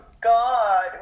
god